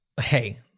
Hey